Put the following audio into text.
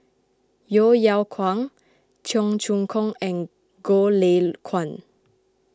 Yeo Yeow Kwang Cheong Choong Kong and Goh Lay Kuan